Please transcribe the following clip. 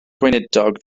gweinidog